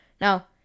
Now